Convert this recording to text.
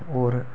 होर